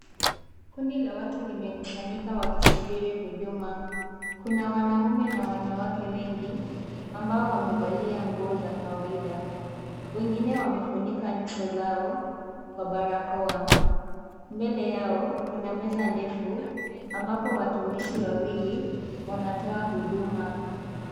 Kundi la watu limekusanyika wakisubiri huduma, kuna wanaume na wanawake wengi ambao wamevalia nguo za kawaida wengine wamefunika nyuso zao kwa barakoa, mbele yao kuna meza ndefu ambapo watumishi wawili wanatoa huduma.